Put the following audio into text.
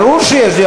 ברור שיש דיון.